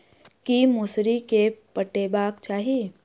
की मौसरी केँ पटेबाक चाहि?